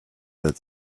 that